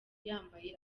uyambaye